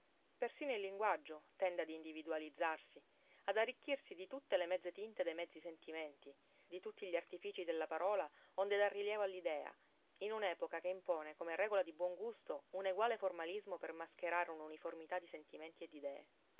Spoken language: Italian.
persino il linguaggio tende ad individualizzarsi ad arricchirsi di tutte le mezze tinte dei mezzi sentimenti di tutti gli artifici della parola onde dar rilievo all'idea in un'epoca che impone come regola di buon gusto un eguale formalismo per mascherare un'uniformità di sentimenti e